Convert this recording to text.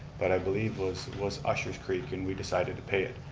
but i believe was was ushers creek and we decided to pay it.